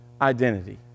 identity